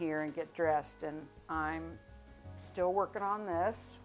here and get dressed and i'm still working on this